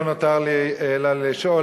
לא נותר לי אלא לשאול,